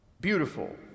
beautiful